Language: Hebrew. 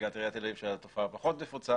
נציגת עיריית תל אביב שהתופעה פחות נפוצה